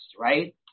right